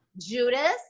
Judas